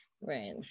Right